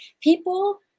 people